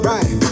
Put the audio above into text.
Right